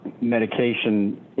medication